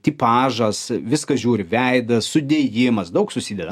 tipažas viską žiūri veidas sudėjimas daug susideda